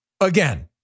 Again